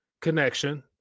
connection